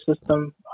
system